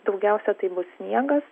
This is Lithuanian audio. daugiausia tai bus sniegas